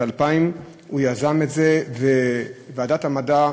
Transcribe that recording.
יזם את זה בשנת 2000, וועדת המדע,